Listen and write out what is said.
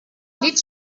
litt